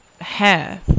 hair